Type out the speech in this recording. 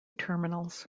terminals